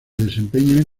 desempeña